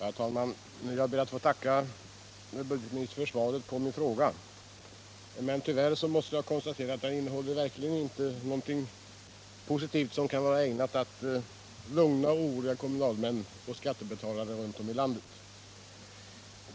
Herr talman! Jag ber att få tacka budgetministern för svaret på min fråga. Tyvärr måste jag konstatera att det verkligen inte innehåller någonting positivt som kan vara ägnat att lugna oroliga kommunalmän och skattebetalare runt om i landet.